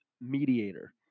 mediator